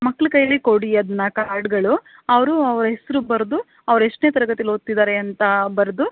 ಮಕ್ಳ ಕೈಯಲ್ಲಿ ಕೊಡಿ ಅದನ್ನ ಕಾರ್ಡುಗಳು ಅವರು ಅವರ ಹೆಸರು ಬರೆದು ಅವರು ಎಷ್ಟನೇ ತರಗತಿಲಿ ಓದ್ತಿದ್ದಾರೆ ಅಂತ ಬರೆದು